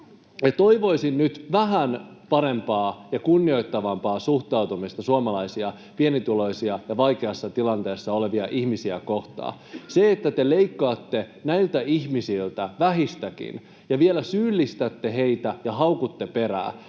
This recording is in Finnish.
Toivoisin nyt vähän parempaa ja kunnioittavampaa suhtautumista suomalaisia pienituloisia ja vaikeassa tilanteessa olevia ihmisiä kohtaan. Se, että te leikkaatte näiltä ihmisiltä vähistäkin ja vielä syyllistätte heitä ja haukutte perään,